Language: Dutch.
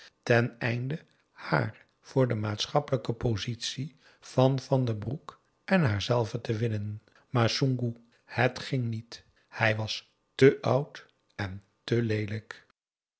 ten einde haar voor de maatschappelijke positie van van den broek en haarzelve te winnen maar soengoeh het ging niet hij was te oud en te leelijk